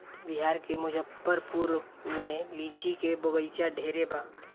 बिहार के मुजफ्फरपुर में लीची के बगइचा ढेरे बा